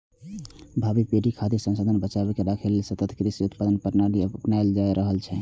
भावी पीढ़ी खातिर संसाधन बचाके राखै लेल सतत कृषि उत्पादन प्रणाली अपनाएल जा रहल छै